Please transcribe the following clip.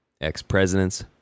ex-presidents